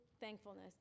thankfulness